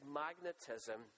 magnetism